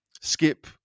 skip